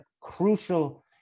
crucial